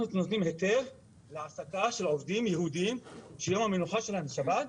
אנחנו נותנים היתר להעסקה של עובדים ייעודיים שיום המנוחה שלהם זה שבת,